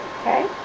Okay